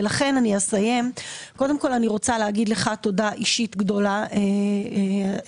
אני רוצה לומר לך תודה אישית גדולה גפני.